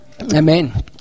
Amen